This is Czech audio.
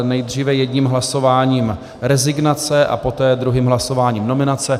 Nejdříve jedním hlasováním rezignace a poté druhým hlasováním nominace.